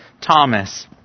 Thomas